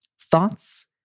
Thoughts